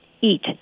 eat